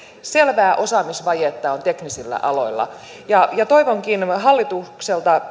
selvää osaamisvajetta on teknisillä aloilla toivonkin hallitukselta